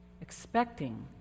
expecting